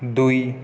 ଦୁଇ